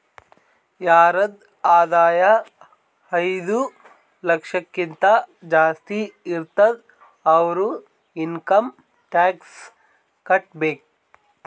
ಯಾರದ್ ಆದಾಯ ಐಯ್ದ ಲಕ್ಷಕಿಂತಾ ಜಾಸ್ತಿ ಇರ್ತುದ್ ಅವ್ರು ಇನ್ಕಮ್ ಟ್ಯಾಕ್ಸ್ ಕಟ್ಟಬೇಕ್